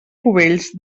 cubells